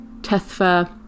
Tethfa